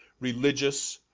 religious,